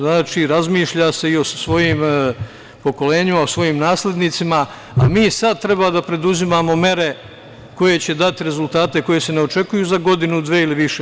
Znači, razmišlja se i o svojim pokolenjima, o svojim naslednicima, a mi sada treba da preduzimamo mere koje će dati rezultate koji se ne očekuju za godinu, dve ili više.